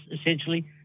essentially